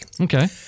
Okay